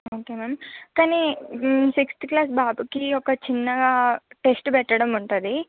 okay ma'am కానీ sixth class బాబుకి ఒక చిన్న టెస్ట్ పెట్టడం ఉంటుంది